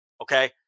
Okay